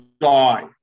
die